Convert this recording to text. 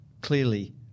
Clearly